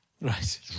Right